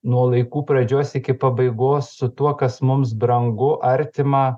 nuo laikų pradžios iki pabaigos su tuo kas mums brangu artima